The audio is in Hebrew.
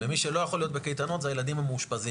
ומי שלא יכול להיות בקייטנות זה הילדים המאושפזים.